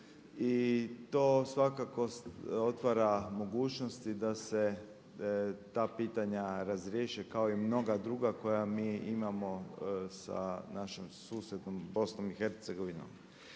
i to svakako otvara mogućnosti da se ta pitanja razriješe kao i mnoga druga koja mi imamo sa našom susjednom BiH. Slavonski